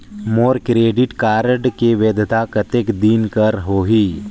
मोर credit card के वैधता कतेक दिन कर होही?